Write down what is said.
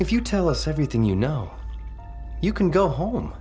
if you tell us everything you know you can go home